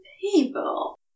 people